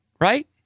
right